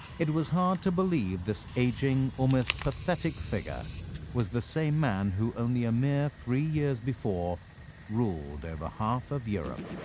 it was hard to believe this aging, almost pathetic figure was the same man who only a mere three years before ruled over half of europe.